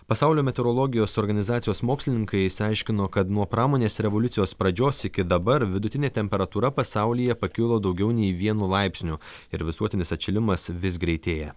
pasaulio meteorologijos organizacijos mokslininkai išsiaiškino kad nuo pramonės revoliucijos pradžios iki dabar vidutinė temperatūra pasaulyje pakilo daugiau nei vienu laipsniu ir visuotinis atšilimas vis greitėja